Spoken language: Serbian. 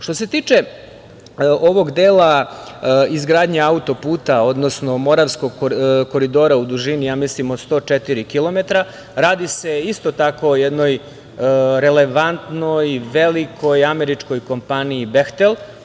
Što se tiče ovog dela izgradnje autoputa, odnosno Moravskog koridora u dužini od, mislim, 104 kilometra, radi se o isto tako jednoj relevantnoj, velikoj američkoj kompaniji „Behtel“